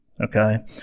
okay